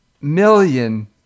million